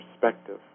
perspective